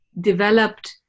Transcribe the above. developed